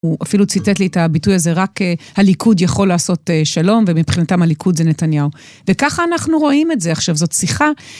הוא אפילו ציטט לי את הביטוי הזה, רק הליכוד יכול לעשות שלום, ומבחינתם הליכוד זה נתניהו. וככה אנחנו רואים את זה עכשיו, זאת שיחה..